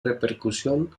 repercusión